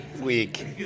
week